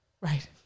Right